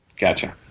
Gotcha